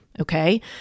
Okay